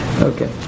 Okay